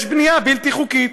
יש בנייה בלתי חוקית.